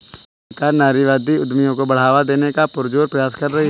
सरकार नारीवादी उद्यमियों को बढ़ावा देने का पुरजोर प्रयास कर रही है